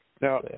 Now